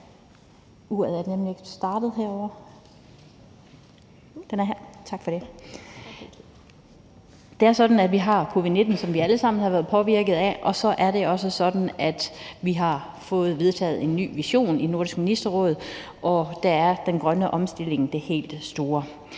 Det var dér. Tak for det. Det er sådan, at vi har covid-19, som vi alle sammen har været påvirket af, og så er det også sådan, at vi har fået vedtaget en ny vision i Nordisk Ministerråd, og der er den grønne omstilling det helt store.